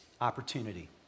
opportunity